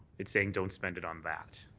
it's saying don't spend it on that.